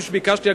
כפי שביקשתי.